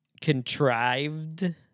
contrived